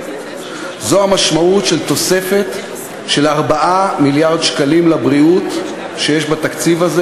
זו המשמעות של תוספת של 4 מיליארד שקלים לבריאות שיש בתקציב הזה,